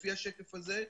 לפי השקף הזה,